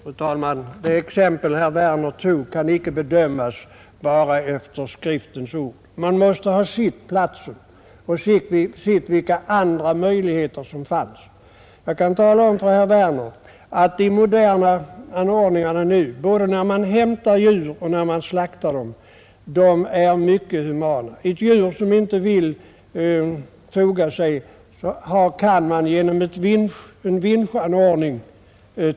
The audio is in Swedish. Fru talman! Det exempel herr Werner redogjorde för kan icke bedömas bara efter skriftens ord. Man måste först ha sett platsen och vilka andra möjligheter som stod till buds. Jag kan tala om för herr Werner att de moderna anordningarna för både hämtning och slaktning av djur är mycket humana. De djur som inte vill foga sig kan man ta upp på ett mycket bekvämt sätt genom en vinschanordning.